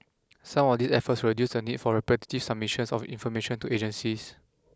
some of these efforts will reduce the need for repetitive submissions of information to agencies